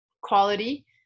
quality